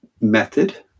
method